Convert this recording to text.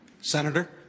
Senator